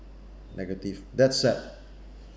negative that sad